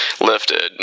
lifted